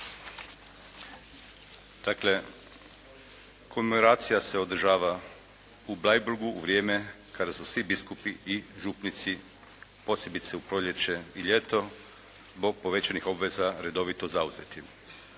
komemoracija se održava u Bleiburgu u vrijeme kada su svi biskupi i župnici, posebice u proljeće i ljeto zbog povećanih obveza redovito zauzeti.